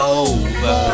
over